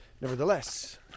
Nevertheless